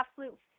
absolute